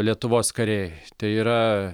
lietuvos kariai tai yra